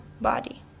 body